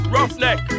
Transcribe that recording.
Roughneck